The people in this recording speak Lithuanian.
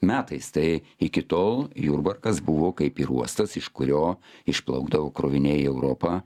metais tai iki tol jurbarkas buvo kaip ir uostas iš kurio išplaukdavo kroviniai į europą